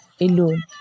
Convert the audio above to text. alone